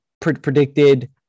predicted